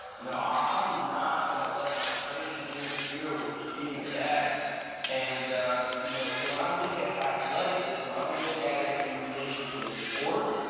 you know i'm not going to let my training interfere with being a day and you know so when i look at athleticism, i don't look at it in relation to a sport.